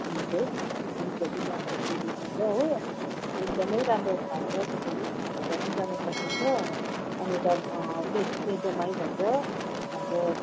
view चाहिँ दृश्य चाहिँ त्यहाँबाट त्यो देखिन्छ हो एकदमै राम्रो ठाउँ छ त्यहाँ पनि हामी त्यहाँ पनि जान सकिन्छ अनि यता एच एचएमआई भन्छ अब